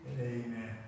Amen